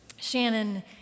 Shannon